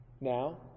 now